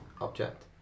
object